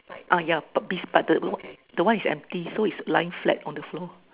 uh ya it's but the one the one is empty so it's lying flat on the floor